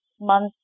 month